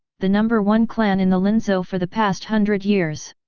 the number one clan in the linzhou for the past hundred years.